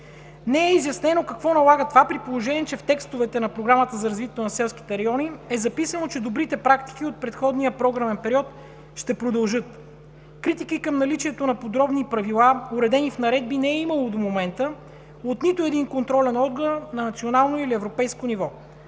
Не е изяснено какво налага това, при положение че в текстовете на Програмата за развитие на селските райони е записано, че добрите практики от предходния програмен период ще продължат. Критики към наличието на подробни правила, уредени в наредби, не е имало до момента от нито един контролен орган на национално или европейско ниво.